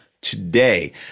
today